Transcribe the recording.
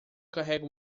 carrega